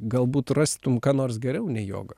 galbūt rastum ką nors geriau nei joga